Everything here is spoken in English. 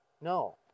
No